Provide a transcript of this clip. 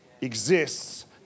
exists